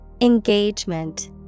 Engagement